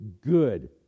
good